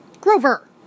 Grover